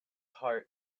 heart